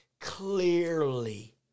clearly